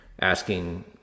asking